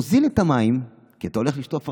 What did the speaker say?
תוזיל את המים, כי אתה הולך לשטוף הרבה.